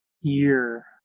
year